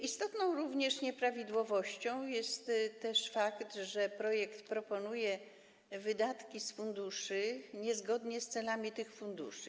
Istotną nieprawidłowością jest też fakt, że projekt proponuje wydatki z funduszy niezgodnie z celami tych funduszy.